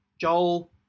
Joel